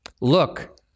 Look